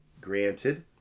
Granted